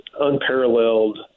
unparalleled